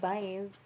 Bye